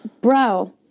bro